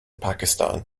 pakistan